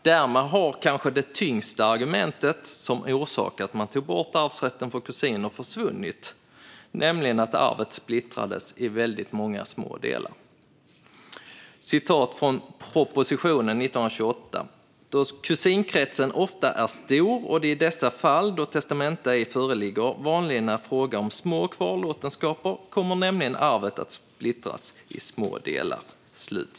Därmed har kanske det tyngsta argumentet som föranlett att man tog bort arvsrätten för kusiner försvunnit, nämligen att arvet splittrades i väldigt många små delar. Jag citerar ur propositionen från 1928: "Då kusinkretsen ofta är stor och det i dessa fall, då testamente ej föreligger, vanligen är fråga om små kvarlåtenskaper, kommer nämligen arvet att splittras i smådelar."